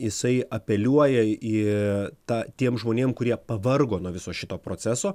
jisai apeliuoja į tą tiem žmonėm kurie pavargo nuo viso šito proceso